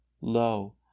Lo